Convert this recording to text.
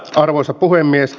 arvoisa puhemies